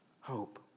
hope